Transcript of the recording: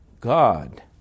God